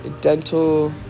dental